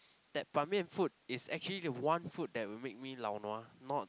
that Ban-Mian food is actually the one food that will make me lao nua not